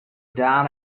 down